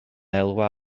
elwa